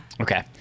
Okay